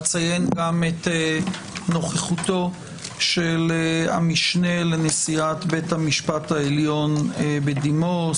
אציין גם את נוכחותו של המשנה לנשיאת בית המשפט העליון בדימוס,